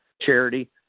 charity